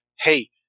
hey